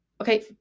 Okay